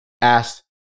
asked